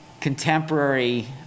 contemporary